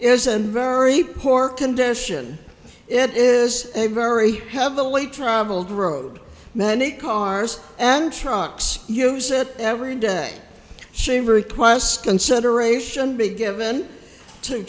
isn't very poor condition it is a very heavily traveled road many cars and trucks use it every day she requests consideration be given to